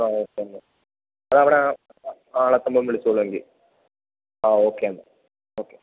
ആ ഓക്കെ എന്നാല് അതവിടെ ആളെത്തുമ്പോള് വിളിച്ചുകൊള്ളും എങ്കില് ആ ഓക്കെ എന്നാല് ഓക്കെ